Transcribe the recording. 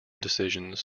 decisions